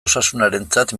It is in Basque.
osasunarentzat